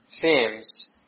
themes